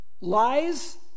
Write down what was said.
Lies